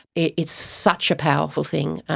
it's such a powerful thing.